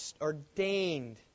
ordained